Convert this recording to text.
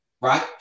Right